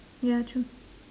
ya true